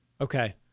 Okay